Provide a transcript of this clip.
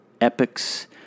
Epic's